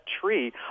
tree